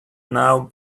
now